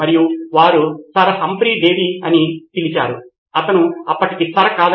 మరియు వారు దానిని జ్ఞానం యొక్క సరైన దారి కాదని అని అనడానికి ఒప్పుకోరు